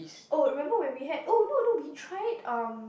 oh remember when we had oh no no we tried um